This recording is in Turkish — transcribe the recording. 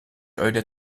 öyle